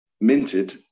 minted